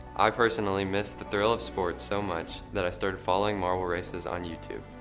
i personally miss the thrill of sports so much that i started falling marble races on youtube.